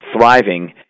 thriving